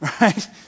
Right